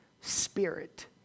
spirit